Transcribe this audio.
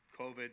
COVID